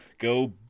go